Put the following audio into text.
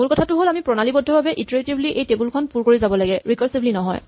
মূল কথাটো হ'ল আমি প্ৰণালীবদ্ধভাৱে ইটাৰেটিভলী এই টেবল খন পুৰ কৰি যাব লাগে ৰিকাৰছিভলী নহয়